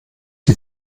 die